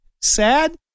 Sad